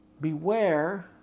beware